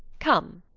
come.